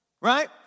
Right